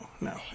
no